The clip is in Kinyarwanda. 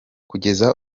kugeza